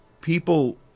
People